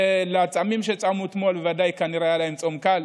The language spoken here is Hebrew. ולצמים שצמו אתמול, כנראה היה להם צום קל.